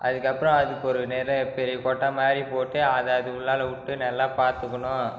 அதுக்கு அப்புறம் அதுக்கு ஒரு நிறைய பெரிய கொட்டா மாதிரி போட்டு அதை அது உள்ளால விட்டு நல்லா பார்த்துக்குணும்